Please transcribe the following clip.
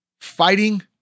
fighting